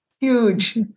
huge